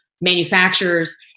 manufacturers